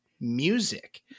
music